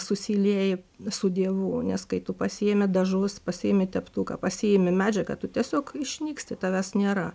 susilieji su dievu nes kai tu pasiimi dažus pasiimi teptuką pasiimi medžiagą tu tiesiog išnyksi tavęs nėra